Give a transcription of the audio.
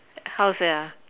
how to say